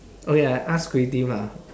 okay I ask creative ah